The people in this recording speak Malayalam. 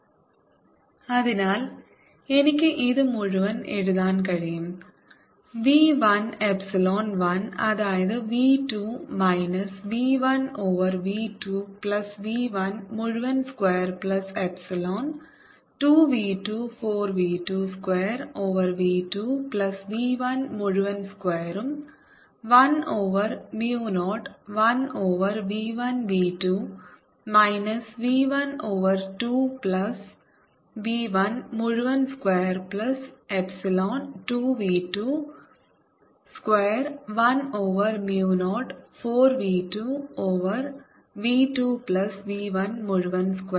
SincidentSreflectedStransmitted 12v1uI12v1uR12v2uT v11EI2v11ER2v22ET2 v11ER2v22ET2v11v2 v12v2v122v24v22v2v12EI2v10 അതിനാൽ എനിക്ക് ഇത് മുഴുവൻ എഴുതാൻ കഴിയും v 1 എപ്സിലോൺ 1 അതായത് v 2 minus v 1 over v 2 plus v 1 മുഴുവൻ square plus epsilon 2 v 2 4 v 2 square over v 2 plus v 1 മുഴുവൻ സ്ക്വയറും 1 over mu 0 1 over v 1 v 2 minus v 1 over 2 plus v 1 മുഴുവൻ square plus epsilon 2 v 2 square 1 over mu 0 4 v 2 over v 2 plus v 1 മുഴുവൻ സ്ക്വയർ